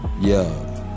Yo